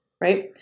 right